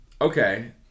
Okay